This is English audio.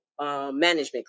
management